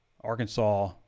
Arkansas